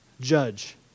judge